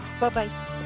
Bye-bye